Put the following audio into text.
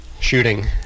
shooting